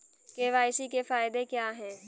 KYC के फायदे क्या है?